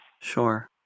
Sure